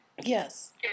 Yes